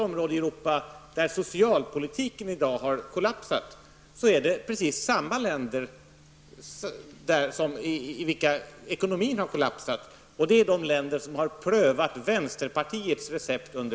Om socialpolitiken i dag har kollapsat i något område i Europa så är det i de länder där ekonomin har kollapsat. Det gäller de länder som har prövat vänsterpartiets recept under